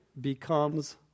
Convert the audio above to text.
becomes